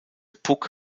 puck